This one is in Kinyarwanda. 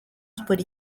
sports